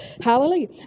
Hallelujah